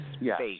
Yes